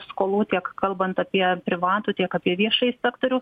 skolų tiek kalbant apie privatų tiek apie viešąjį sektorių